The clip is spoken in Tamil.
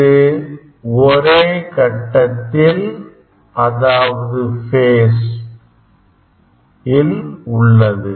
இது ஒரே கட்டத்தில் உள்ளது